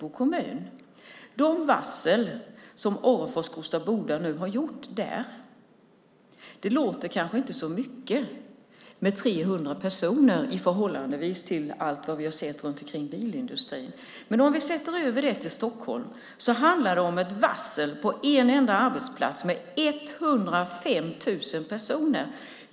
De varsel på 300 personer som Orrefors Kosta Boda nu har lagt där låter kanske inte så mycket i förhållande till vad vi sett i bilindustrin, men översätter vi det till Stockholmsförhållanden handlar det om ett varsel, på en enda arbetsplats, på 105 000 personer.